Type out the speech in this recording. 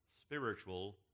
spiritual